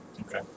Okay